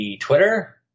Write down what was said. Twitter